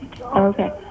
Okay